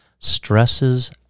Stresses